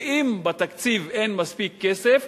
אם בתקציב אין מספיק כסף,